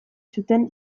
zuten